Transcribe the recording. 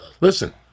Listen